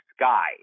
sky